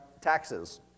taxes